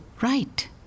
Right